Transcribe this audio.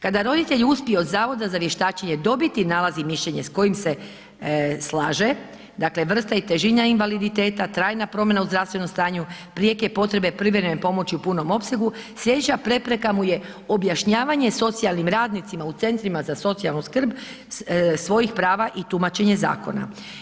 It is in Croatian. Kada roditelji uspiju od Zavoda za vještačenje dobiti nalaz i mišljenje s kojim se slaže dakle, vrsta i težina invaliditeta, trajna promjena u zdravstvenom stanju, prijeke potrebe privremene pomoći u punom opsegu, sljedeća prepreka mu je objašnjavanje socijalnim radnicima u centrima za socijalnu skrb svojih prava i tumačenje zakona.